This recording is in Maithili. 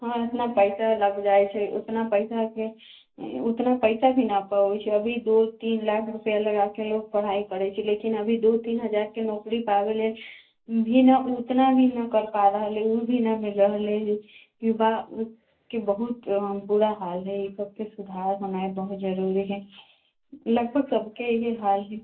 हँ इतना पैसा लग जाइ छै उतना पैसाके उतना पैसा भी ना पाबै छै अभी दू तीन लाख लगायके लोक पढ़ाइ करै छै लेकिन अभी दू तीन हजारके नौकरी पाबेले भी ना उतना भी ना कर पा रहलै ओभी ना मिल रहलै युवाके बहुत बुरा हाल है इसबके सुधार होनाइ बहुत जरूरी है लगभग सबके इएह हाल है